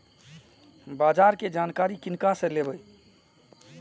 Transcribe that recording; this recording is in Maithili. बाजार कै जानकारी किनका से लेवे?